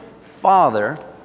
Father